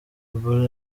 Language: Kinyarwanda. ebola